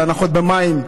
הנחות במים.